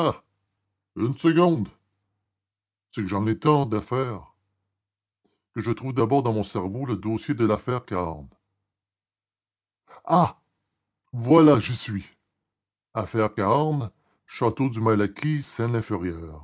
une seconde c'est que j'en ai tant d'affaires que je trouve d'abord dans mon cerveau le dossier de l'affaire cahorn ah voilà j'y suis affaire cahorn château du